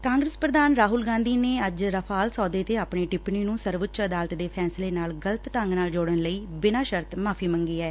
ਕਾਂਗਰਸ ਪ੍ਰਧਾਨ ਰਾਹੁਲ ਗਾਂਧੀ ਨੇ ਅੱਜ ਰਾਫਾਲ ਸੋਦੇ ਸਬੰਧੀ ਆਪਣੀ ਟਿੱਪਣੀ ਨੂੰ ਸਰਵਊੱਚ ਅਦਾਲਤ ਦੇ ਫੈਸਲੇ ਨਾਲ ਗਲਤ ਢੰਗ ਨਾਲ ਜੋੜਨ ਲਈ ਸੁਪਰੀਮ ਕੋਰਟ ਚ ਬਿਨਾਂ ਸ਼ਰਤ ਮਾਫੀ ਮੰਗੀ ਐ